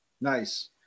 Nice